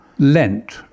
lent